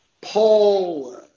Paul